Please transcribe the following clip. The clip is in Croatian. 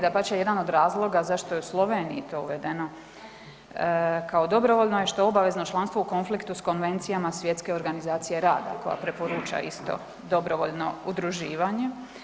Dapače, jedan od razloga zašto je u Sloveniji to uvedeno kao dobrovoljno je što obavezno članstvo u konfliktu s konvencijama Svjetske organizacije rada, koja preporuča isto, dobrovoljno udruživanje.